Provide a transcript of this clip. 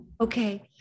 Okay